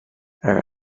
her